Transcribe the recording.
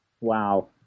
Wow